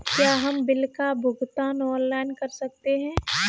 क्या हम बिल का भुगतान ऑनलाइन कर सकते हैं?